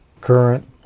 current